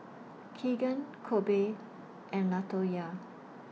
Kegan Kobe and Latoyia